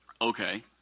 Okay